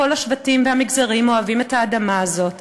כל השבטים והמגזרים אוהבים את האדמה הזאת,